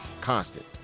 constant